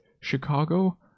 Chicago